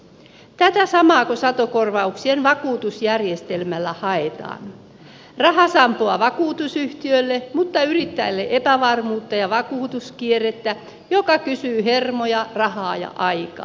tätä samaako satokorvauksien vakuutusjärjestelmällä haetaan rahasampoa vakuutusyhtiölle mutta yrittäjälle epävarmuutta ja vakuutuskierrettä joka kysyy hermoja rahaa ja aikaa